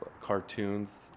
cartoons